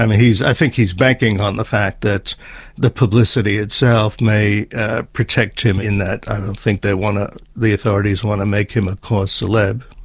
um he's. i think he's banking on the fact that the publicity itself may ah protect him in that. i don't think they want to. the authorities want to make him a cause celebre.